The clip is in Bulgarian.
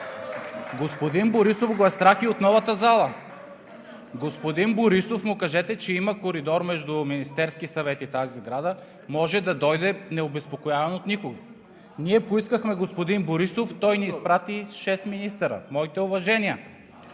Господин Борисов го е страх и от новата зала. На господин Борисов му кажете, че има коридор между Министерския съвет и тази сграда, и може да дойде необезпокояван от никого. Ние поискахме господин Борисов, а той ни изпрати шестима министри. Моите уважения,